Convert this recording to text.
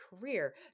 career